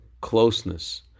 closeness